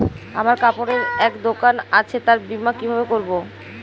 আমার কাপড়ের এক দোকান আছে তার বীমা কিভাবে করবো?